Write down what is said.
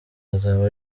azaba